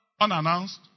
unannounced